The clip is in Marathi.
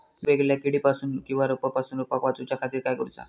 वेगवेगल्या किडीपासून किवा रोगापासून रोपाक वाचउच्या खातीर काय करूचा?